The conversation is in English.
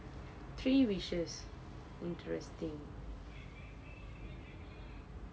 three wishes interesting